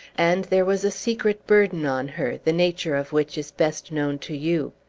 and there was a secret burden on her, the nature of which is best known to you.